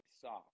soft